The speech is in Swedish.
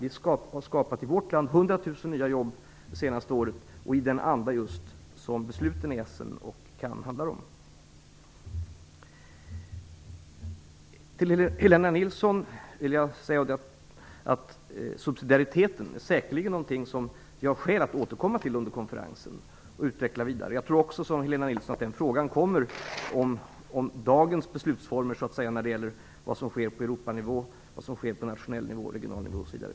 Vi har i vårt land skapat 100 000 nya jobb det senaste året och i just den anda som besluten i Essen och Cannes handlar om. Till Helena Nilsson vill jag säga att subsidiariteten säkerligen är någonting som vi har skäl att återkomma till under konferensen och utveckla vidare. Jag tror också, som Helena Nilsson, att frågan om dagens beslutsformer kommer när det gäller vad som sker på Europanivå, nationell nivå, regional nivå osv.